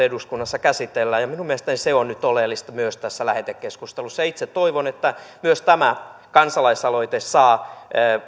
eduskunnassa käsitellään ja minun mielestäni se on nyt oleellista myös tässä lähetekeskustelussa itse toivon että myös tämä kansalaisaloite saa